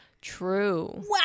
True